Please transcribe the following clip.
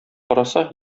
караса